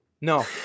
No